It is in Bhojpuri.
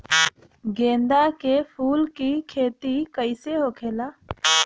गेंदा के फूल की खेती कैसे होखेला?